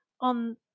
on